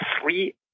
three